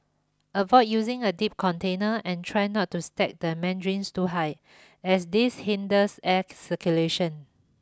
avoid using a deep container and try not to stack the mandarins too high as this hinders air circulation